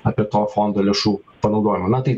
apie to fondo lėšų panaudojimą na tai